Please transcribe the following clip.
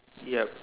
yup